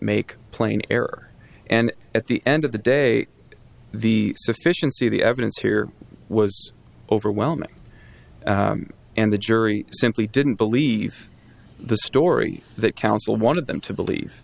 make plain error and at the end of the day the sufficiency of the evidence here was overwhelming and the jury simply didn't believe the story that counsel wanted them to believe